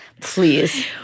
Please